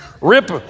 Rip